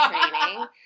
training